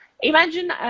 Imagine